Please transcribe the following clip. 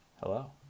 Hello